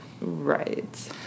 Right